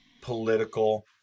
political